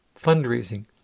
fundraising